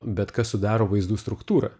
bet kas sudaro vaizdų struktūrą